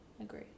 Agree